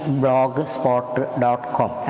blogspot.com